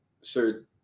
sir